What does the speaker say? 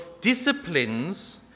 disciplines